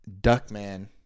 Duckman